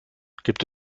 gibt